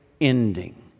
ending